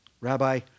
Rabbi